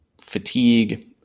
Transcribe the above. fatigue